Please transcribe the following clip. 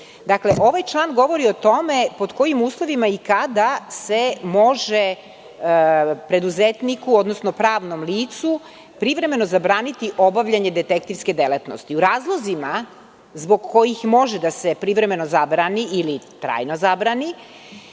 poslom. Dakle, ovaj član govori o tome pod kojim uslovima i kada se može preduzetniku, odnosno pravnom licu, privremeno zabraniti obavljanje detektivske delatnosti. U razlozima zbog kojih može da se privremeno zabrani ili trajno zabrani,